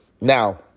Now